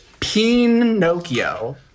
Pinocchio